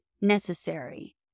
necessary